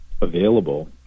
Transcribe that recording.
available